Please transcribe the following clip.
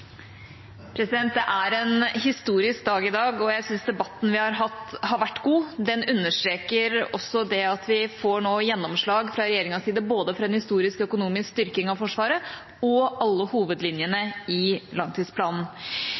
en historisk dag i dag, og jeg syns debatten vi har hatt, har vært god. Den understreker også at regjeringa nå får gjennomslag for både en historisk økonomisk styrking av Forsvaret og alle hovedlinjene i langtidsplanen.